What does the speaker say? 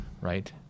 Right